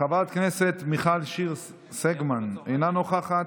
חברת הכנסת מיכל שיר סגמן, אינה נוכחת,